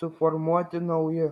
suformuoti nauji